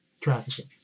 trafficking